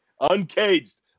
Uncaged